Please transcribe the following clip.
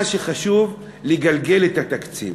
מה שחשוב, לגלגל את התקציב.